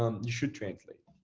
um should translate.